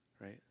Right